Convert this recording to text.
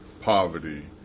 poverty